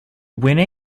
winner